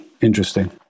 interesting